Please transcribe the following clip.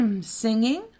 singing